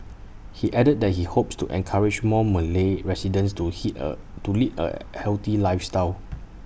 he added that he hopes to encourage more Malay residents to he A to lead A healthy lifestyle